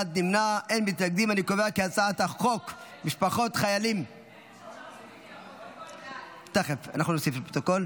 ההצעה להעביר את הצעת חוק משפחות חיילים שנספו במערכה